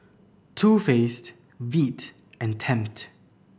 Too Faced Veet and Tempt